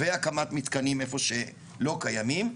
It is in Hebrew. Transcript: והקמת מתקנים איפה שלא קיימים.